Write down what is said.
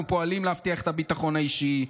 אנחנו פועלים להבטיח את הביטחון האישי.